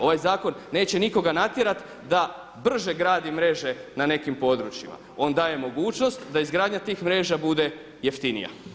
Ovaj zakon neće nikoga natjerati da brže gradi mreže na nekim područjima, on daje mogućnost da izgradnja tih mreža bude jeftinija.